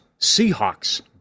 Seahawks